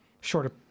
shorter